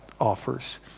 offers